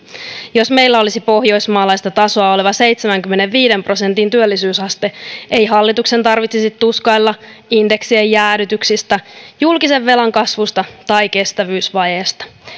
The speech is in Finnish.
jos meilläkin olisi pohjoismaalaista tasoa oleva seitsemänkymmenenviiden prosentin työllisyysaste ei hallituksen tarvitsisi tuskailla indeksien jäädytyksiä julkisen velan kasvua tai kestävyysvajetta